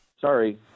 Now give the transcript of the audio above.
Sorry